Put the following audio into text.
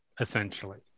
essentially